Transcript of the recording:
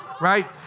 right